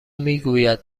میگوید